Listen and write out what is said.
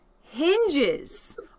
hinges